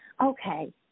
okay